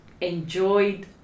enjoyed